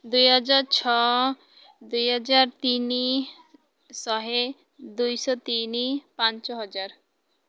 ଦୁଇହଜାର ଛଅ ଦୁଇହଜାର ତିନି ଶହେ ଦୁଇଶହ ତିନି ପାଞ୍ଚ ହଜାର